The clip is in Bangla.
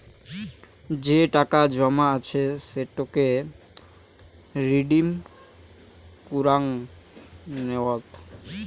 যে টাকা জমা আছে সেটোকে রিডিম কুরাং নেওয়াত